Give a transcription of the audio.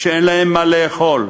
שאין להם מה לאכול.